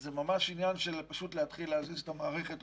זה ממש עניין של פשוט להתחיל להזיז את המערכת,